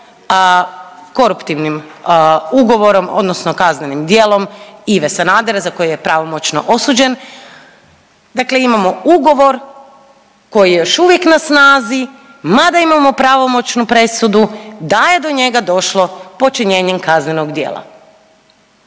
koruptivnim ugovorom odnosno kaznenim djelom Ive Sanadera za koji je pravomoćno osuđen. Dakle, imamo ugovor koji je još uvijek na snazi mada imamo pravomoćnu presudu da je do njega došlo počinjenjem kaznenog djela